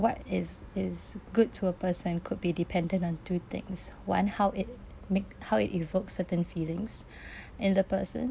what is is good to a person could be dependent on two things one how it make how it evokes certain feelings and the person